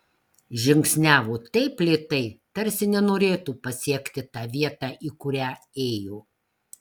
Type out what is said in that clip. žingsniavo taip lėtai tarsi nenorėtų pasiekti tą vietą į kurią ėjo